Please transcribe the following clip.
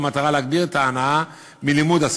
במטרה להגביר את ההנאה מלימוד השפה.